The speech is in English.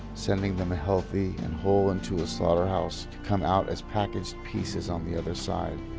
sending them healthy and whole into a slaughterhouse to come out as packaged pieces on the other side,